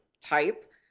type